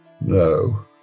No